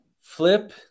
Flip